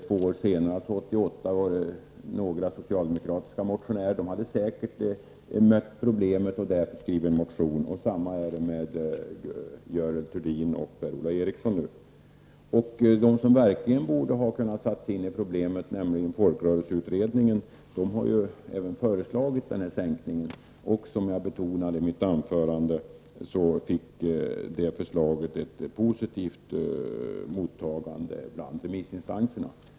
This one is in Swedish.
Två år senare, 1988, hade vi några socialdemokratiska motionärer som säkert hade mött problemet. Detsamma är det med Görel Thurdin och Per-Ola Eriksson. De som verkligen borde ha kunnat sätta sig in i problemet, nämligen företrädare för folkrörelseutredningen, har ju även föreslagit sänkningen. Som jag betonade i mitt anförande fick det förslaget ett positivt mottagande bland remissinstanserna.